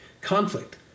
conflict